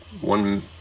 one